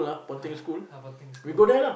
ah ponteng school